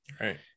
Right